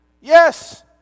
Yes